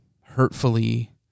hurtfully